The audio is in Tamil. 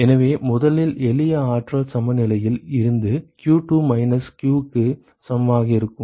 எனவே முதலில் எளிய ஆற்றல் சமநிலையில் இருந்து q2 மைனஸ் q க்கு சமமாக இருக்கும்